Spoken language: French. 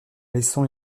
laissant